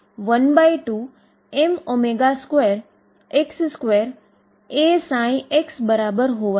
અને તે સિસ્ટમનું સ્ટેશનરી સ્ટેટ માટે એનર્જીનું પ્રતિનિધિત્વ કરશે